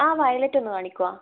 ആ വയലറ്റ് ഒന്ന് കാണിക്കുവോ